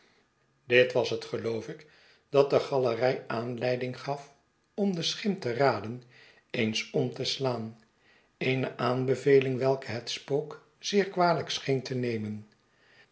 dit was het geloof ik dat de galerij aanleiding gaf om de schim te raden eens om te slaan eene aanbeveling welke het spook zeer kwalijk scheen te nemen